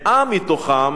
100 מתוכם,